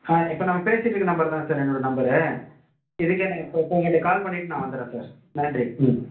ஆ இப்போ நம்ம பேசிகிட்டு இருக்கிற நம்பர் தான் சார் என்னோடய நம்பரு இதுக்கென்ன இப்போ இப்போ உங்கிட்ட கால் பண்ணிட்டு வந்துடுறேன் சார் நன்றி ம்